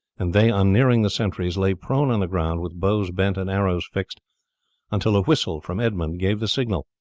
and they, on nearing the sentries lay prone on the ground with bows bent and arrows fixed until a whistle from edmund gave the signal.